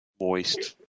moist